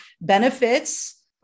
benefits